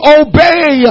obey